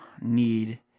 need